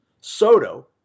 Soto